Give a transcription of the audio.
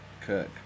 Kirk